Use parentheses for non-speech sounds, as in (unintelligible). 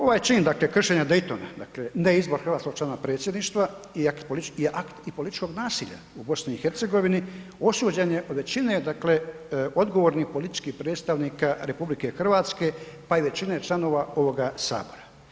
Ovaj čin dakle kršenja Daytona, dakle ... (unintelligible) hrvatskog člana predsjedništva i političkog nasilja u BiH osuđen je od većine dakle odgovornih političkih predstavnika RH pa i većine članova ovoga Sabora.